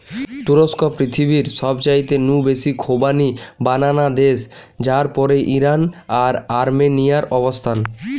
তুরস্ক পৃথিবীর সবচাইতে নু বেশি খোবানি বানানা দেশ যার পরেই ইরান আর আর্মেনিয়ার অবস্থান